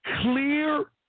clear